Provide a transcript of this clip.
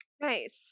Nice